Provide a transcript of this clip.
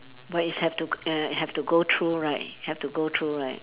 but is have to err have to go through right have go through right